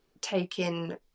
taking